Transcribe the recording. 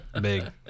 Big